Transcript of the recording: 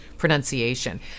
Pronunciation